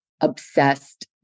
obsessed